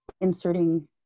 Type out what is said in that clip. inserting